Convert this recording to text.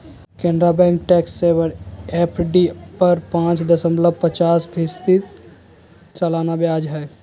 Canara bank tax saver FD पर पाच दशमलब पचास फीसदी सालाना ब्याज हइ